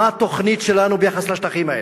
מה התוכנית שלנו ביחס לשטחים האלה?